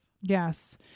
Yes